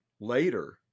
later